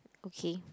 okay